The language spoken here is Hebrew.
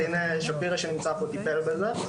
עורך דין שפירא שנמצא פה טיפל בזה.